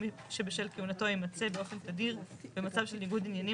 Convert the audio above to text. שבשל כהונתו ימצא באופן תדיר שמצב של ניגוד עניינים